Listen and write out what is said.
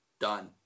Done